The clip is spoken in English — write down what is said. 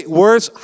words